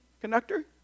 conductor